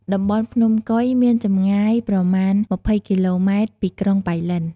តំបន់ភ្នំកុយមានចម្ងាយប្រមាណ ២០ គីឡូ ម៉ែត្រ ពីក្រុងប៉ៃលិន។